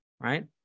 Right